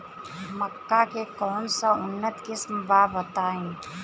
मक्का के कौन सा उन्नत किस्म बा बताई?